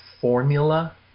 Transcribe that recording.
formula